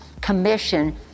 commission